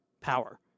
power